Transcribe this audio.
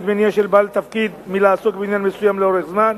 מניעה של בעל התפקיד מלעסוק בעניין מסוים לאורך זמן,